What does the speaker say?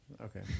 Okay